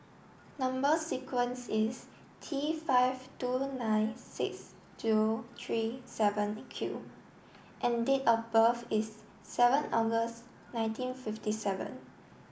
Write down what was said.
number sequence is T five two nine six two three seven Q and date of birth is seven August nineteen fifty seven